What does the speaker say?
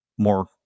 More